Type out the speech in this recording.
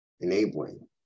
enabling